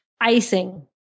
Icing